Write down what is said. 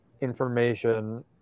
information